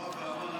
משהו, רם בן ברק.